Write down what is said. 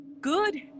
Good